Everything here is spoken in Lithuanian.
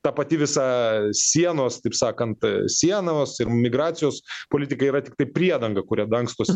ta pati visa sienos taip sakant sienuvos ir migracijos politika yra tiktai priedanga kuria dangstosi